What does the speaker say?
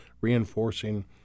reinforcing